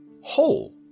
whole